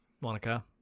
Monica